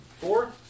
four